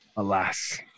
Alas